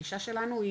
הגישה שלנו היא,